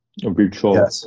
virtual